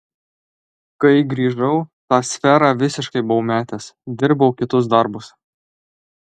kai grįžau tą sferą visiškai buvau metęs dirbau kitus darbus